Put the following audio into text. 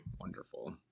wonderful